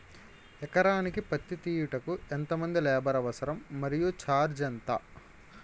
ఎకరానికి పత్తి తీయుటకు ఎంత మంది లేబర్ అవసరం? మరియు ఛార్జ్ ఎంత?